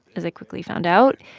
as i quickly found out,